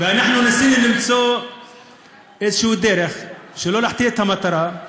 אנחנו ניסינו למצוא איזושהי דרך שלא להחטיא את המטרה,